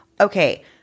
Okay